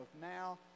now